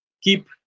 keep